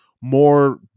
more